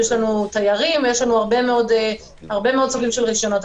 יש לנו תיירים ויש לנו הרבה מאוד סוגים של רישיונות,